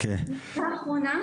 נקודה אחרונה,